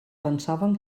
pensaven